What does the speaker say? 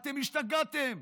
אתם השתגעתם?